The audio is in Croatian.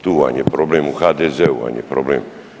Tu vam je problem u HDZ-u vam je problem.